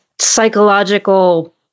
psychological